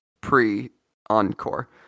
pre-encore